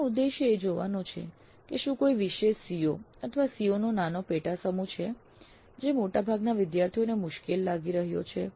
આનો ઉદેશ્ય એ જોવાનો છે કે શું કોઈ વિશેષ CO અથવા CO નો નાનો પેટા સમૂહ છે જે મોટાભાગના વિદ્યાર્થીઓ માટે મુશ્કેલ લાગી રહ્યો છે